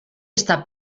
està